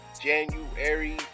January